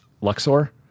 luxor